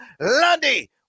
Lundy